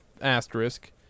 asterisk